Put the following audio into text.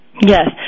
Yes